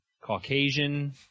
Caucasian